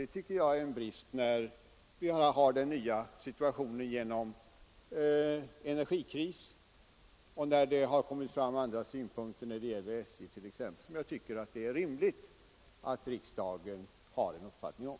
Det tycker jag är en brist, när det föreligger en ny situation genom energikrisen och det även har kommit fram andra synpunkter, t.ex. i fråga om SJ, som det är rimligt att riksdagen har en uppfattning om.